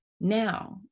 Now